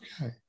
okay